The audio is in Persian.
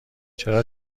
چرا